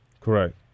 Correct